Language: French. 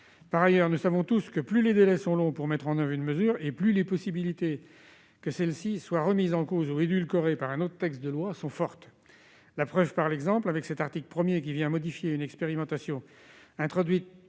Par ailleurs, plus les délais sont longs pour mettre en oeuvre une mesure et plus les possibilités que celle-ci soit remise en cause ou édulcorée par un autre texte de loi sont fortes. La preuve par l'exemple, avec cet article 1, qui modifie une expérimentation introduite